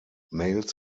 males